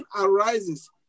arises